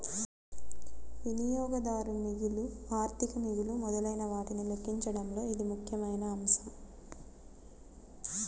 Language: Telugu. వినియోగదారు మిగులు, ఆర్థిక మిగులు మొదలైనవాటిని లెక్కించడంలో ఇది ముఖ్యమైన అంశం